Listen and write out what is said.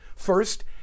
First